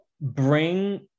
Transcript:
bring